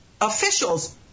officials